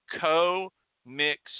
co-mix